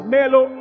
Melo